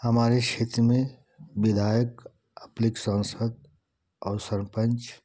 हमारे क्षेत्र में विधायक अपने एक सांसद और सरपंच